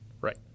right